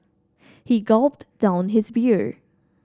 he gulped down his beer